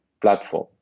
platform